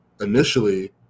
initially